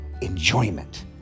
enjoyment